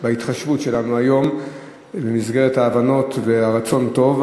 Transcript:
ההתחשבות שלנו היום במסגרת ההבנות והרצון הטוב,